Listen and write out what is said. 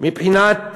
מבחינת